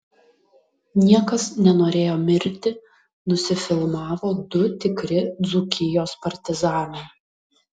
niekas nenorėjo mirti nusifilmavo du tikri dzūkijos partizanai